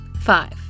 Five